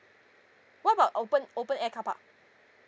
what about open open air car park